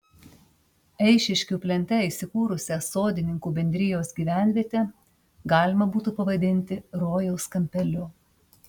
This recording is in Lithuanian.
eišiškių plente įsikūrusią sodininkų bendrijos gyvenvietę galima būtų pavadinti rojaus kampeliu